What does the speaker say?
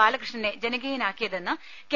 ബാലകൃഷ്ണനെ ജനകീയനാക്കിയതെന്ന് കെ